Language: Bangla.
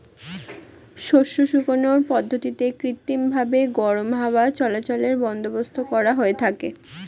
শস্য শুকানোর পদ্ধতিতে কৃত্রিমভাবে গরম হাওয়া চলাচলের বন্দোবস্ত করা হয়ে থাকে